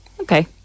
Okay